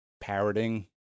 parroting